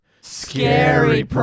Scary